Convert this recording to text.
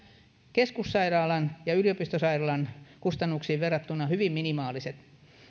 keskussairaalan ja yliopistosairaalan kustannuksiin verrattuna hyvin minimaaliset